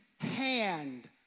hand